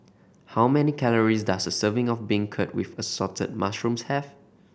how many calories does a serving of beancurd with Assorted Mushrooms have